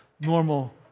normal